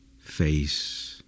face